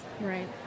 Right